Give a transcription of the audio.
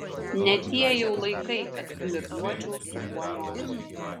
ne tie jau laikai kad flirtuočiau su kuo nors